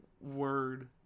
word